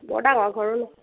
বৰ ডাঙৰ ঘৰো